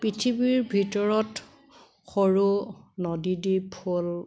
পৃথিৱীৰ ভিতৰত সৰু নদী দ্বীপ হ'ল